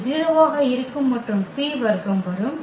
இது 0 ஆக இருக்கும் மற்றும் P வர்க்கம் வரும்